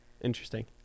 Interesting